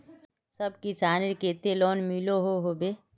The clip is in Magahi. सब किसानेर केते लोन मिलोहो होबे?